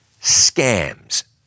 scams